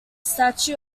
statue